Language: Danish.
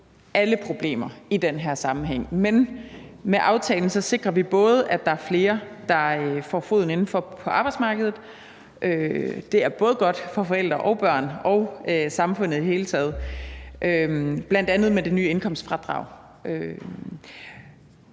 alle problemer i den her sammenhæng, men med aftalen sikrer vi, at der er flere, der får foden indenfor på arbejdsmarkedet, og det er både godt for forældrene, børnene og samfundet i det hele taget, bl.a. med det nye indkomstfradrag.